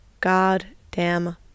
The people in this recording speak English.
goddamn